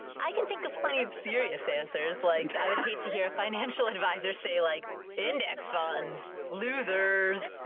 i can think plenty of furious answers like i would hate to hear a financial advisor say like index. ah and losers.